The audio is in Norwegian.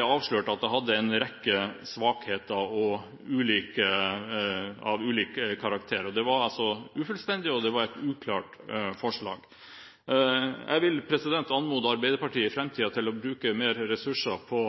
altså et ufullstendig og uklart forslag. Jeg vil anmode Arbeiderpartiet om i framtiden å bruke mer ressurser på